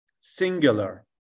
singular